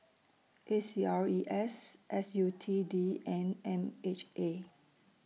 A C R E S S U T D and M H A